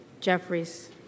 Jeffries